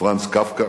פרנץ קפקא,